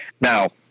Now